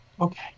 Okay